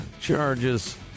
charges